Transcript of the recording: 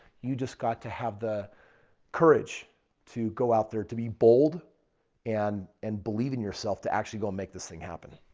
you just got to have the courage to go out there to be bold and and believe in yourself to actually go make this thing happen.